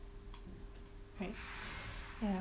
right ya